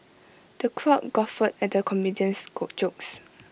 the crowd guffawed at the comedian's jokes